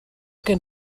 gen